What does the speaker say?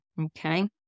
Okay